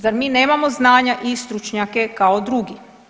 Zar mi nemamo znanja i stručnjake kao drugi?